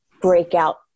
breakout